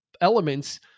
elements